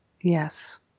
Yes